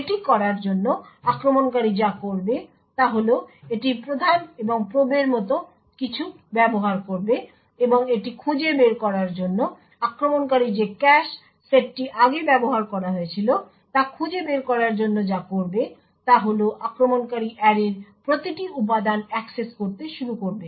এটি করার জন্য আক্রমণকারী যা করবে তা হল এটি প্রধান এবং প্রোবের মত কিছু ব্যবহার করবে এবং এটি খুঁজে বের করার জন্য আক্রমণকারী যে ক্যাশ সেটটি আগে ব্যবহার করা হয়েছিল তা খুঁজে বের করার জন্য যা করবে তা হল আক্রমণকারী অ্যারের প্রতিটি উপাদান অ্যাক্সেস করতে শুরু করবে